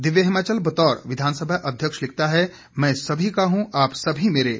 दिव्य हिमाचल बतौर विधानसभा अध्यक्ष लिखता है मैं सभी का हू आप सभी मेरे